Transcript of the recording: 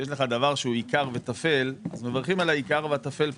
כשיש לך דבר שהוא עיקר וטפל אז מברכים על העיקר והטפל פטור.